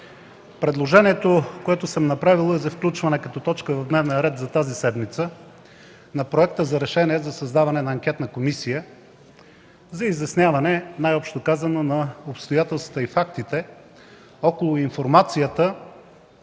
Предложението, което съм направил, е за включване като точка в дневния ред за тази седмица на Проект за решение за създаване на Анкетна комисия за изясняване, най-общо казано, на обстоятелствата и фактите около информацията,